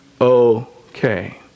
okay